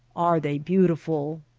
are they beautiful.